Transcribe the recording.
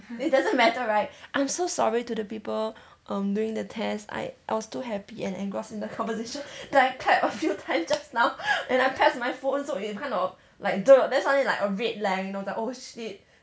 it doesn't matter right I'm so sorry to the people um doing the test I I was too happy and engrossed in the conversation that I clapped a few times just now and I charged my phone so it kind of like then suddenly like a red length then I'm like oh shit